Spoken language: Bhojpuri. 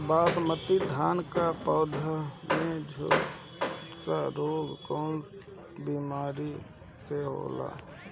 बासमती धान क पौधा में झुलसा रोग कौन बिमारी से होला?